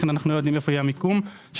לכן אנחנו לא יודעים איפה יהיה המיקום של